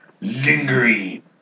lingering